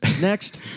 Next